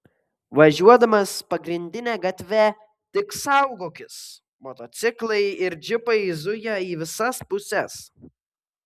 važiuodamas pagrindine gatve tik saugokis motociklai ir džipai zuja į visas puses